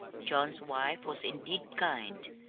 john's wife was indeed kind,